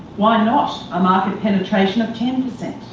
why not a market penetration of ten percent?